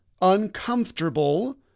uncomfortable